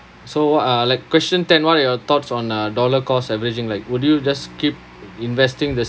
so uh like question ten what are your thoughts on uh dollar cost averaging like would you just keep investing the